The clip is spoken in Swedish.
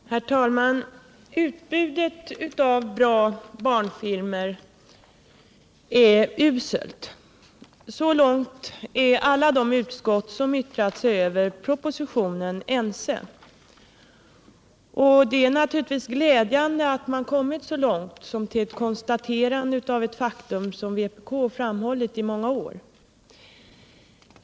Nr 48 Herr talman! Utbudet av bra barnfilmer är uselt. Så långt är alla de Tisdagen den utskott som yttrat sig över propositionen ense, och det är ju glädjande 13 december 1977 att man kommit så långt som till ett konstaterande av ett faktum, som vpk framhållit i många år.